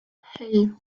hey